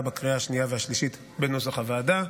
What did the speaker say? בקריאה השנייה והשלישית בנוסח הוועדה.